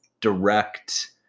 direct